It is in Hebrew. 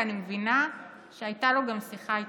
ואני מבינה שהייתה לו גם שיחה איתך,